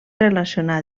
relacionar